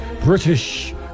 British